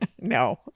No